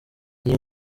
iyi